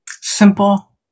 simple